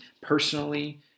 personally